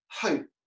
hope